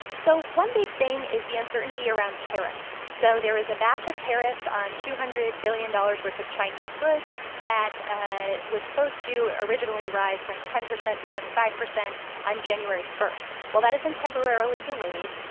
so one big thing is the uncertainty around tariffs. so there is a batch of tariffs on two hundred billion dollars worth of chinese goods that ah was supposed to originally rise from ten percent to twenty five percent on january one. well, that has been temporarily delayed.